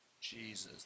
Jesus